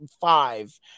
five